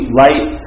light